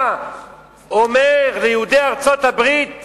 עומד פה